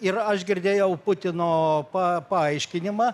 ir aš girdėjau putino pa paaiškinimą